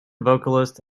vocalist